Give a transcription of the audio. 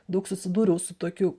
daug susidūriau su tokiu